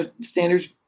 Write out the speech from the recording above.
standards